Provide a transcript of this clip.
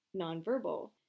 nonverbal